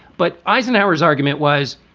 but eisenhower's argument was,